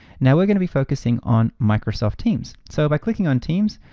now we're gonna be focusing on microsoft teams. so by clicking on teams,